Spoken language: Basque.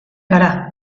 gara